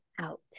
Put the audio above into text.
out